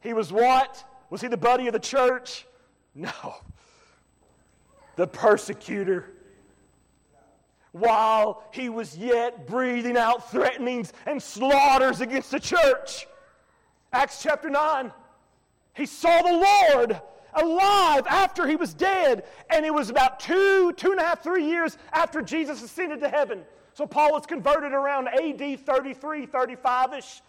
He was what? Was he the buddy of the church? No. The persecutor. While he was yet breathing out threatenings and slaughters against the church. Acts chapter 9. He saw the Lord alive after he was dead, and it was about two, two and a half, three years after Jesus ascended to heaven. So Paul was converted around A.D. 33, 35 ish.